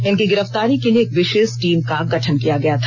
इनकी गिरफ्तारी के लिए एक विशेष टीम का गठन किया गया था